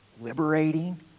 liberating